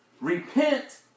Repent